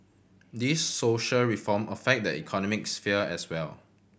these social reform affect the economic sphere as well